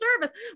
service